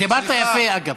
דיברת יפה, אגב.